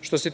Što